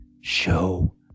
show